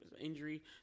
injury